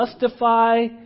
justify